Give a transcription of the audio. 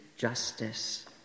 Justice